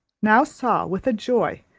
now saw with a joy,